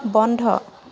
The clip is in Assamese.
বন্ধ